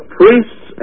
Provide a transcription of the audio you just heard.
priests